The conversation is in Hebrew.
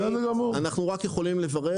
אנחנו רק יכולים לברך.